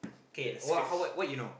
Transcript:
the scratch